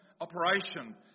operation